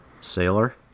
Sailor